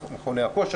מכוני הכושר.